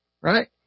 Right